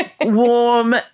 warm